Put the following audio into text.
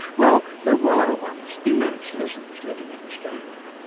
well, there were once immense lizards living in australia.